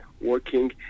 working